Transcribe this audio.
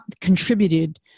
contributed